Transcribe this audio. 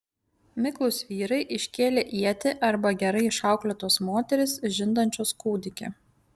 miklūs vyrai iškėlę ietį arba gerai išauklėtos moterys žindančios kūdikį